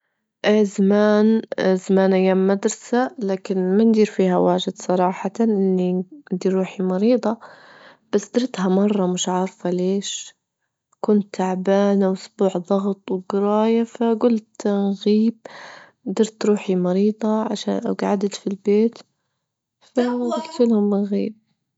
إيه زمان- زمان أيام مدرسة لكن ما ندير فيها واجد صراحة إني نديرروحي مريضة، بس درتها مرة مش عارفة ليش، كنت تعبانة وأسبوع ضغط وجراية فجلت نغيب، درت روحي مريضة عشان جعدت في البيت فجلت لهم أغيب.